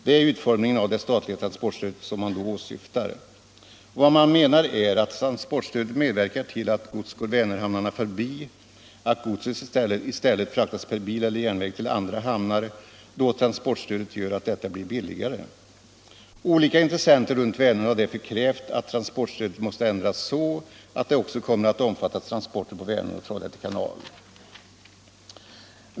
Det är utformningen av det statliga transportstödet som man då åsyftar. Vad man menar är att transportstödet medverkar till att gods går Vänerhamnarna förbi, att godset i stället fraktas per bil eller järnväg till andra hamnar, då transportstödet gör att detta blir billigare. Olika intressenter runt Vänern har därför krävt att transportstödet skall ändras så att det också kommer att omfatta transporter på Vänern och Trollhätte kanal.